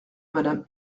madame